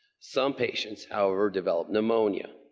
some patients however develop pneumonia,